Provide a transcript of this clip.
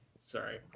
sorry